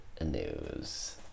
News